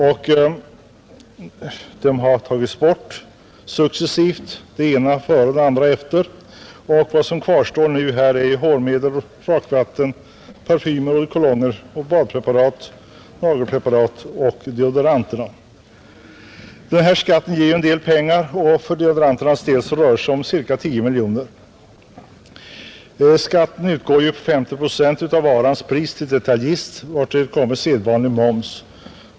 De har successivt undantagits från särskild varuskatt, det ena före och det andra efter — och vad som kvarstår nu är hårmedel, rakvatten, parfymer, eau-de-cologne, badpreparat, nagelpreparat och deodoranter. Den här skatten ger en del pengar, och för deodoranternas del rör det sig om ca 10 miljoner. Skatten utgår ju på 50 procent av varans pris till detaljist, vartill kommer sedvanlig moms.